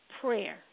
Prayer